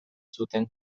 zuten